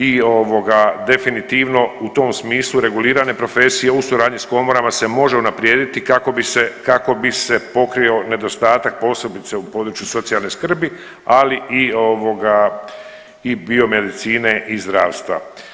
I ovoga definitivno u tom smislu regulirane profesije u suradnji s komorama se može unaprijediti kako bi se, kako bi se pokrio nedostatak posebice u području socijalne skrbi, ali i ovoga i biomedicine i zdravstva.